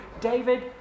David